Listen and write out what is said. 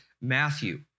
Matthew